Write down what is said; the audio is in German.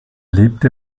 lebte